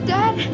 Dad